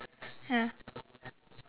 ya